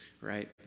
right